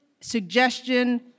suggestion